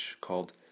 called